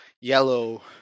Yellow